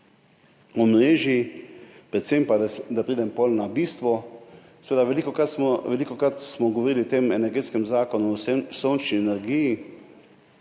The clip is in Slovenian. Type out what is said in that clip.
omrežij, predvsem pa, da pridem potem na bistvo. Velikokrat smo govorili o Energetskem zakonu, o sončni energiji,